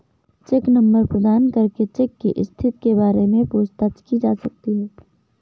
check number प्रदान करके cheque की स्थिति के बारे में पूछताछ की जा सकती है